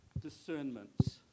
discernment